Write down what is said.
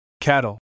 cattle